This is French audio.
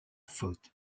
faute